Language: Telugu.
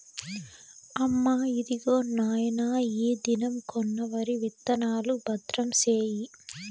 అమ్మా, ఇదిగో నాయన ఈ దినం కొన్న వరి విత్తనాలు, భద్రం సేయి